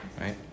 Right